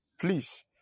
please